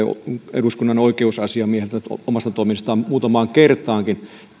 eduskunnan oikeusasiamieheltä omasta toiminnastaan muutamaan kertaankin